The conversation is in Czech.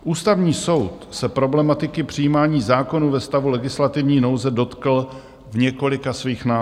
Ústavní soud se problematiky přijímání zákonů ve stavu legislativní nouze dotkl v několika svých nálezech.